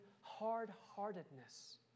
hard-heartedness